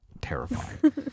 terrifying